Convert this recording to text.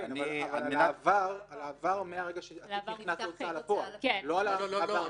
על העבר מהרגע שהתיק נכנס להוצאה לפועל, לא על